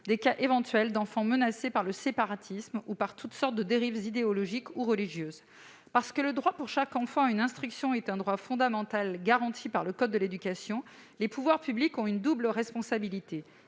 des cas éventuels d'enfants menacés par le séparatisme ou par toutes sortes de dérives idéologiques ou religieuses. Parce que le droit pour chaque enfant à une instruction est un droit fondamental garanti par le code de l'éducation, les pouvoirs publics ont une double responsabilité